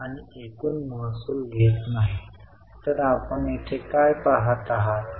रोकड बाहेर जात आहे हे एक चांगले चिन्ह आहे का